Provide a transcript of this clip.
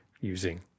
using